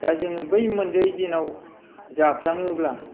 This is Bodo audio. दा जोङो बै मोनजायि दिनाव जाफ्लाङोब्ला